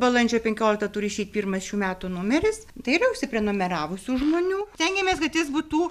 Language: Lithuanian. balandžio penkioliktą turi išeit pirmas šių metų numeris tai yra užsiprenumeravusių žmonių stengiamės kad jis būtų